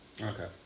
Okay